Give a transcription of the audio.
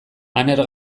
aner